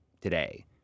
today